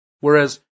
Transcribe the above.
Whereas